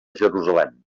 jerusalem